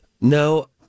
No